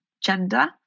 gender